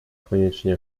koniecznie